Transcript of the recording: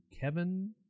Kevin